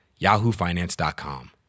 yahoofinance.com